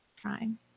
trying